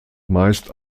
meist